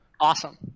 Awesome